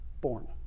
born